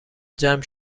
جمع